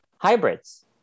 hybrids